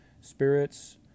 spirits